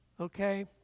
Okay